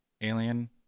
alien